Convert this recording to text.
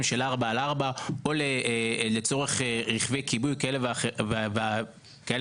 של 4X4 או לצורך רכבי כיבוי כאלה ואחרים.